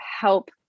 help